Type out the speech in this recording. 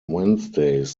wednesdays